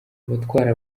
abatwara